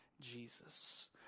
Jesus